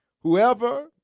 Whoever